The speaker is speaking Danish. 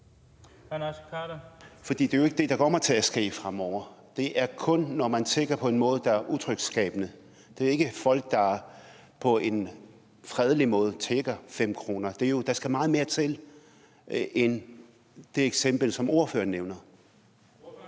Hr. Naser Khader. Kl. 13:19 Naser Khader (KF): Det er kun, når man tigger på en måde, der er utryghedsskabende. Det er ikke folk, der på en fredelig måde tigger om 5 kr. Der skal meget mere til end det eksempel, som ordføreren nævner.